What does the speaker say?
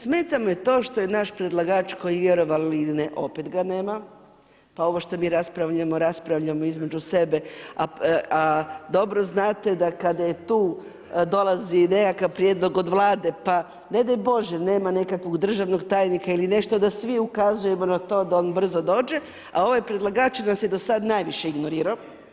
Smeta me to što je naš predlagač, koji vjerovali ili ne, opet ga nema, pa ovo što mi raspravljamo, ovdje raspravljamo između sebe, a dobro znate da kada je tu dolazi nekakav prijedlog od Vlade, pa ne daj Bože, nema nekakvog državnog tajnika ili nešto da svi ukazujemo na to da on brzo dođe, a ovaj predlagač nas je do sada najviše ignorirao.